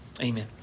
Amen